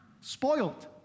Spoiled